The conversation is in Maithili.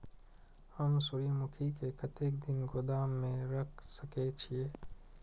हम सूर्यमुखी के कतेक दिन गोदाम में रख सके छिए?